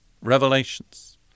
revelations